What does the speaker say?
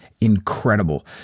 incredible